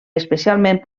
especialment